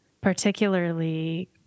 particularly